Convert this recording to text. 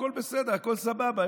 הכול בסדר, הכול סבבה.